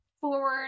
forward